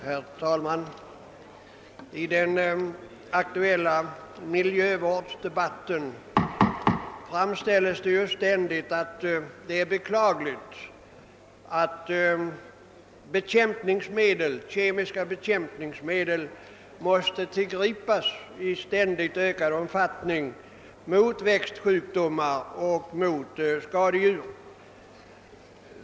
Herr talman! I den aktuella miljövårdsdebatten framhålls det ständigt som beklagligt att kemiska bekämpningsmedel i alltmer ökad omfattning måste tillgripas mot växtsjukdomar och skadedjur.